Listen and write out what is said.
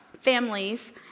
families